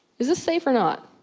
is this safe or not?